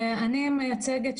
אני מייצגת,